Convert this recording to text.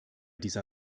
dieser